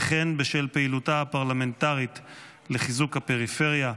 וכן בשל פעילותה הפרלמנטרית לחיזוק הפריפריה,